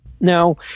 Now